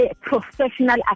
professional